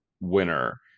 winner